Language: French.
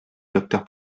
docteur